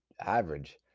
average